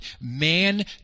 Man